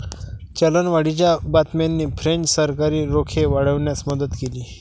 चलनवाढीच्या बातम्यांनी फ्रेंच सरकारी रोखे वाढवण्यास मदत केली